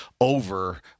over